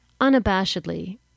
unabashedly